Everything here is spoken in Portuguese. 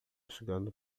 chegando